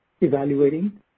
evaluating